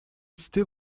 still